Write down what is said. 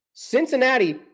Cincinnati